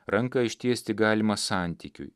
ranką ištiesti galima santykiui